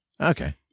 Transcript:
Okay